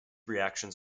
reactions